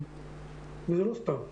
זה לא סתם,